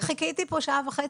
חיכיתי פה שעה וחצי,